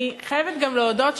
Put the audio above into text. אני חייבת גם להודות,